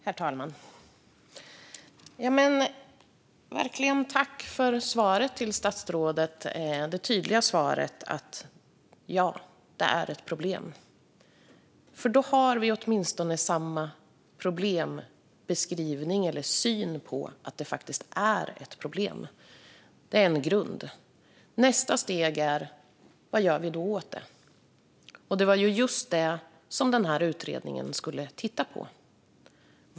Herr talman! Tack för svaret, statsrådet! Det var ett tydligt svar att detta är ett problem. Nu har vi åtminstone samma problembeskrivning eller syn på att det faktiskt är ett problem. Det är en grund. Nästa steg handlar om vad vi gör åt det - och det var ju just det som utredningen skulle titta på.